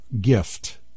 gift